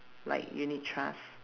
like unit trust